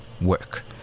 work